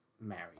married